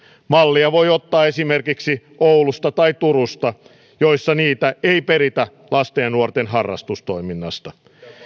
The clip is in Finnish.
mallia voi ottaa esimerkiksi oulusta tai turusta joissa niitä ei peritä lasten ja nuorten harrastustoiminnasta